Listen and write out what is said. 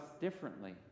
differently